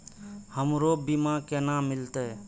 हमरो बीमा केना मिलते?